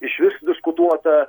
išvis diskutuota